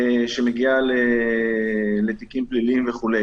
שמגיעה לתיקים פליליים וכו'